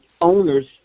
owners